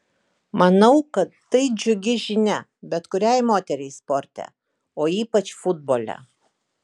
manau kad tai džiugi žinia bet kuriai moteriai sporte o ypač futbole